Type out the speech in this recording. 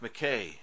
McKay